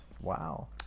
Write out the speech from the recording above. Wow